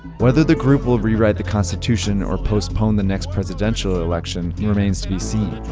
whether the group will rewrite the constitution or postpone the next presidential election remains to be seen.